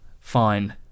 fine